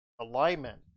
alignment